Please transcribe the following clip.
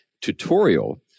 tutorial